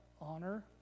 honor